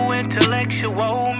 intellectual